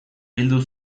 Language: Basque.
bildu